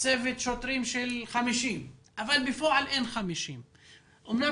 שוטרים במצבת שוטרים אבל בפועל אין 50 שוטרים.